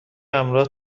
همراه